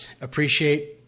appreciate